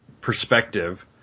perspective